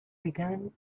begun